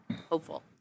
hopeful